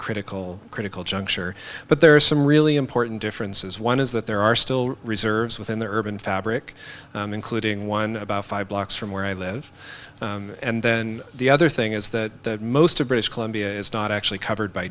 critical critical juncture but there are some really important differences one is that there are still reserves within the urban fabric including one about five blocks from where i live and then the other thing is that most of british columbia is not actually covered by